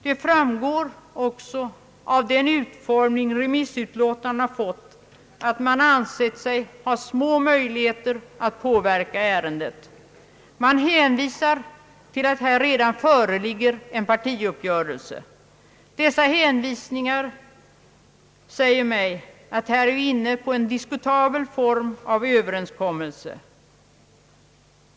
Det framgår av den utformning remissutlåtandena fått att man ansett sig ha små möjligheter att påverka ärendet. Man hänvisar till abt här redan föreligger en partiuppgörelse. Dessa hänvisningar säger mig att här är vi inne på en diskutabel form av överenskommelse.